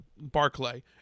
barclay